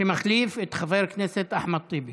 שמחליף את חבר הכנסת אחמד טיבי